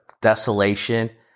desolation